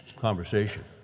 conversation